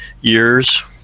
years